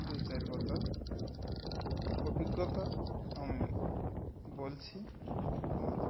দু চার কথা অভিজ্ঞতা আমি বলছি আপনাদের